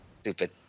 Stupid